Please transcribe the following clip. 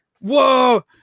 whoa